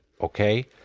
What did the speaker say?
okay